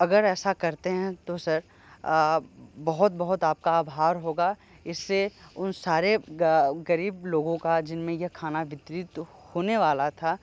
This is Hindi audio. अगर ऐसा करते है तो सर बहुत बहुत आप का आभार होगा इससे उन सारे गरीब लोगों का जिनमें यह खाना वितरित होने वाला था